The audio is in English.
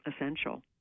essential